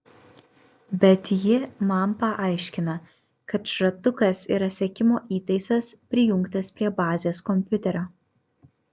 bet ji man paaiškina kad šratukas yra sekimo įtaisas prijungtas prie bazės kompiuterio